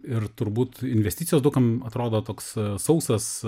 ir turbūt investicijos daug kam atrodo toks sausas